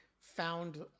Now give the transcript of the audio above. found